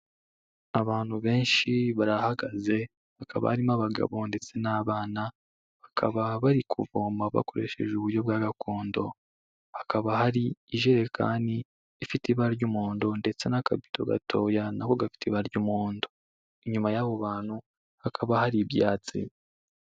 Abantu benshi barahagaze habakaba harimo abagabo ndetse n'abana, bakaba bari kuvoma bakoresheje uburyo bwa gakondo, hakaba hari ijerekani ifite ibara ry'umuhondo ndetse n'akabido gatoya nako gafite ibara ry'umuhondo, inyuma y'aho bantu hakaba hari ibyatsi.